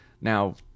Now